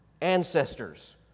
ancestors